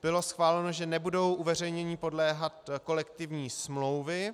Bylo schváleno, že nebudou uveřejnění podléhat kolektivní smlouvy.